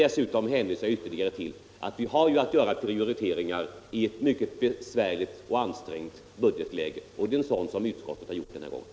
Dessutom hänvisar jag till att vi har att göra prioriteringar i ett mycket besvärligt och ansträngt budgetläge, och det är en sådan prioritering som utskottet har gjort den här gången.